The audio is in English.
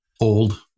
old